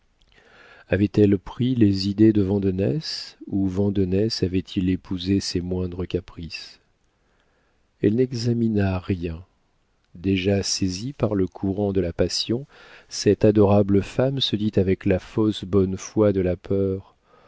avait-elle pris les idées de vandenesse ou vandenesse avait-il épousé ses moindres caprices elle n'examina rien déjà saisie par le courant de la passion cette adorable femme se dit avec la fausse bonne foi de la peur